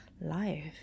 life